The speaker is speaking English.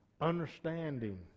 understanding